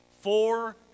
four